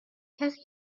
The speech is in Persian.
کسی